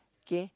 K